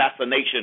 assassination